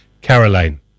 Caroline